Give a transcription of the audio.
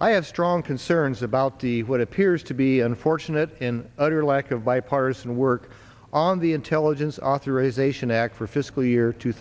i have strong concerns about the what appears to be unfortunate in utter lack of bipartisan work on the intelligence authorization act for fiscal year two